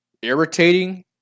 irritating